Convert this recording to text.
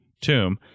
tomb